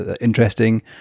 interesting